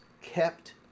kept